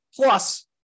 Plus